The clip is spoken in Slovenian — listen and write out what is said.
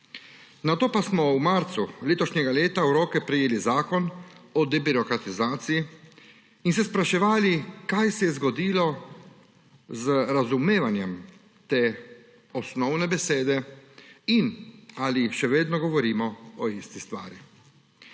Nato pa smo v marcu letošnjega leta v roke prejeli zakon o debirokratizaciji in se spraševali, kaj se je zgodilo z razumevanjem te osnovne besede in ali še vedno govorimo o isti stvari.